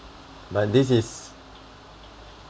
but this is